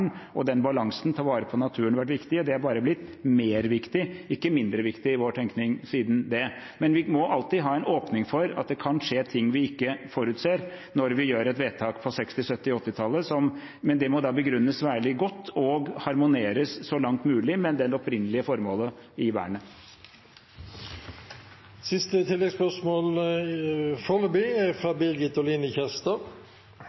og den balansen knyttet til å ta vare på naturen vært viktig. Det har bare blitt viktigere, ikke mindre viktig i vår tenkning siden da. Man må alltid ha en åpning for at det kan skje ting man ikke forutså da man gjorde vedtak på 1960-, 1970- og 1980-tallet, men det må da begrunnes veldig godt og harmoneres så langt det er mulig med det opprinnelige formålet